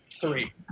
three